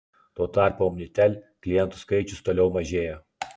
tuo tarpu omnitel klientų skaičius toliau mažėja